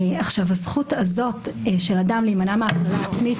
הזכות הזאת של אדם להימנע מהפללה עצמית